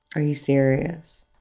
are you serious?